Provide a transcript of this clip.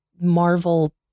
Marvel